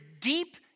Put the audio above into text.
deep